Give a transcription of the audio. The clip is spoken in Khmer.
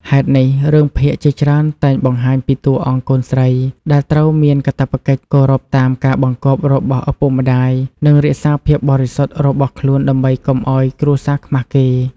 ហេតុនេះ រឿងភាគជាច្រើនតែងបង្ហាញពីតួអង្គកូនស្រីដែលត្រូវមានកាតព្វកិច្ចគោរពតាមការបង្គាប់របស់ឪពុកម្តាយ និងរក្សាភាពបរិសុទ្ធរបស់ខ្លួនដើម្បីកុំឱ្យគ្រួសារខ្មាសគេ។